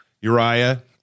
Uriah